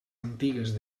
antigues